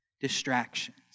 distractions